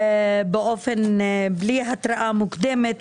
בלי התראה מוקדמת,